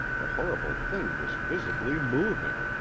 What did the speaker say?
the horrible thing was visibly moving!